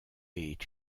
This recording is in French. est